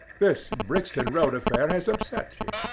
this brixton road affair has upset you.